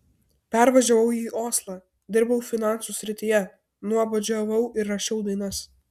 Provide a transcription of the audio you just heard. pervažiavau į oslą dirbau finansų srityje nuobodžiavau ir rašiau dainas